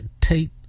Tate